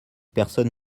personne